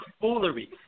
foolery